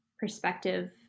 perspective